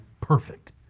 Perfect